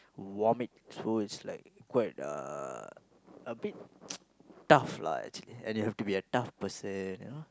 vomit so it's like quite uh a bit tough lah actually and you have to be a tough person you know